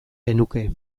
genuke